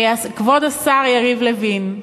כבוד השר יריב לוין,